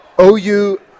OU